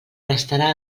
prestarà